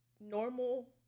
normal